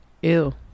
ew